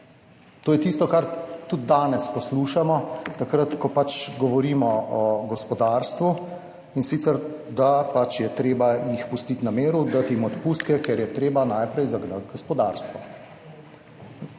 To je tisto, kar tudi danes poslušamo, takrat ko pač govorimo o gospodarstvu in sicer, da pač je treba jih pustiti na miru, dati jim odpustke, ker je treba najprej zagnati gospodarstvo.